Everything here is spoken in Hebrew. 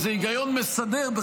איזה היגיון מסדר,